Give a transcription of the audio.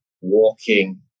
walking